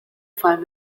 find